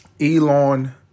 Elon